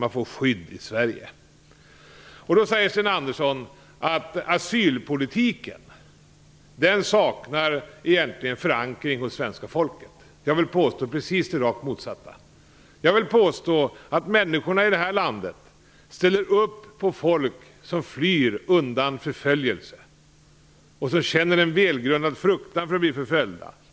De får skydd i Sverige. Sten Andersson säger att asylpolitiken egentligen saknar förankring hos svenska folket. Jag vill påstå det rakt motsatta. Jag vill påstå att människorna i detta land ställer upp på folk som flyr undan förföljelse och som känner en välgrundad fruktan för att bli förföljda.